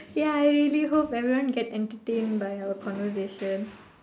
ya I really hope everyone get entertained by our conversation